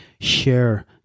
share